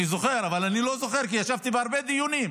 אני זוכר אבל אני לא זוכר כי ישבתי בהרבה דיונים.